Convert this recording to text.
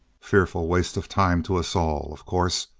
fearful waste of time to us all of course,